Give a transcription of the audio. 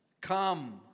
Come